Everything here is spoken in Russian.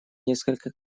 несколько